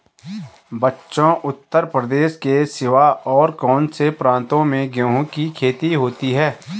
बच्चों उत्तर प्रदेश के सिवा और कौन से प्रांतों में गेहूं की खेती होती है?